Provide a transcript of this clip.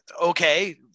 Okay